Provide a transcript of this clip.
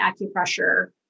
acupressure